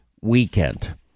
weekend